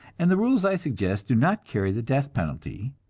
and the rules i suggest do not carry the death penalty.